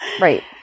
Right